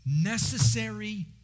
necessary